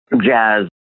jazz